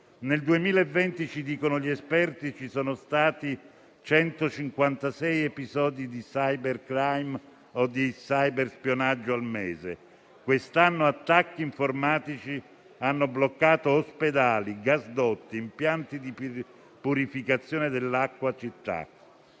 Nel 2020 - ci dicono gli esperti - ci sono stati 156 episodi di *cybercrime* o di cyberspionaggio al mese; quest'anno attacchi informatici hanno bloccato ospedali, gasdotti e impianti di purificazione dell'acqua in città.